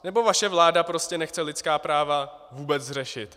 Nebo vaše vláda prostě nechce lidská práva vůbec řešit?